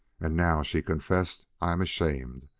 and now, she confessed, i am ashamed.